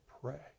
pray